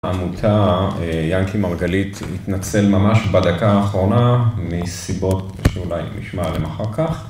העמותה ינקי מרגלית התנצל ממש בדקה האחרונה מסיבות שאולי נשמע עליהן אחר כך.